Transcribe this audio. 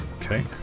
Okay